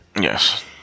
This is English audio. Yes